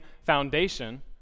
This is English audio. foundation